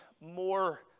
more